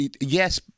yes